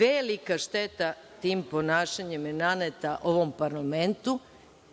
Velika šteta tim ponašanjem je naneta ovom parlamentu